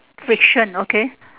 fiction okay